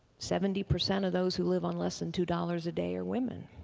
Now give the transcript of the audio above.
seventy percent of those who live on less than two dollars a day are women.